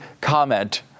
comment